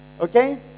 Okay